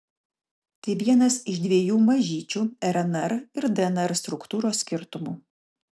tai vienas iš dviejų mažyčių rnr ir dnr struktūros skirtumų